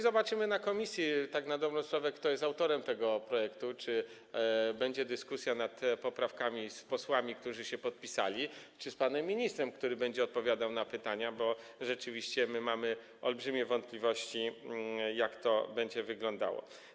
Zobaczymy na posiedzeniu komisji, kto tak na dobrą sprawę jest autorem tego projektu, czy będzie dyskusja nad poprawkami z posłami, którzy się podpisali, czy z panem ministrem, który będzie odpowiadał na pytania, bo rzeczywiście mamy olbrzymie wątpliwości, jak to będzie wyglądało.